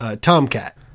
Tomcat